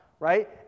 Right